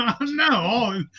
No